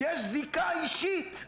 יש זיקה אישית.